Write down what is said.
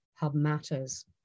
hubmatters